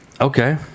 Okay